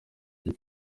iki